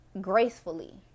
gracefully